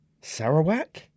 Sarawak